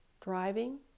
driving